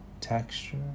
texture